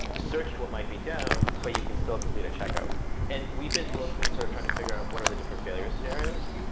search what might be down, but you can still complete a check-out. and we've been looking in sort of trying to figure out what are the different failure scenarios.